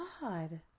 God